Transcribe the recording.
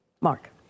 Mark